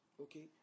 okay